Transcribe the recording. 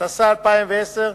התש"ע 2010,